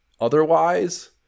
otherwise